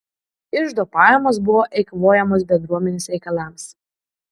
iždo pajamos buvo eikvojamos bendruomenės reikalams